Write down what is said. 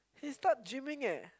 he start gymming